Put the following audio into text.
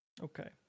Okay